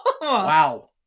Wow